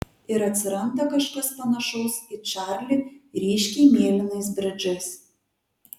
ir atsiranda kažkas panašaus į čarlį ryškiai mėlynais bridžais